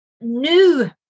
new